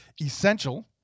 Essential